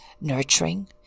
nurturing